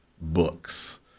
books